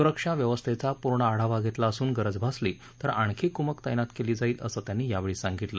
सुरक्षा व्यवस्थेचा पूर्ण आढावा घेतला असून गरज भासली तर आणखी क्मक तैनात केली जाईल असं त्यांनी यावेळी सांगितलं